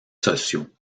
sociaux